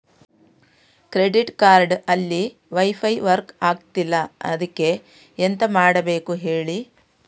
credit card ಅಲ್ಲಿ WiFi work ಆಗ್ತಿಲ್ಲ ಅದ್ಕೆ ಎಂತ ಮಾಡಬೇಕು ಹೇಳಿ